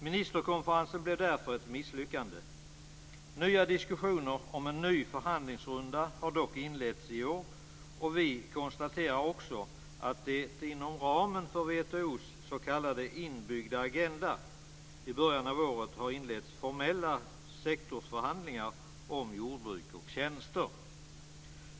Ministerkonferensen blev därför ett misslyckande. Nya diskussioner om en ny förhandlingsrunda har dock inletts i år, och vi konstaterar också att det inom ramen för WTO:s s.k. inbyggda agenda i början av året har inletts formella sektorsförhandlingar om jordbruk och tjänster.